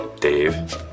Dave